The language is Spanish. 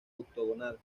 octogonal